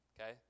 okay